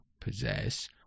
possess